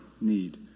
need